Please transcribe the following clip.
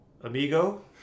amigo